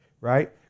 right